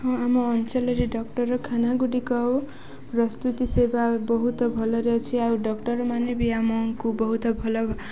ହଁ ଆମ ଅଞ୍ଚଳରେ ଡାକ୍ତରଖାନା ଗୁଡ଼ିକ ପ୍ରସ୍ତୁତି ସେବା ବହୁତ ଭଲରେ ଅଛି ଆଉ ଡକ୍ଟର ମାନେ ବି ଆମକୁ ବହୁତ ଭଲ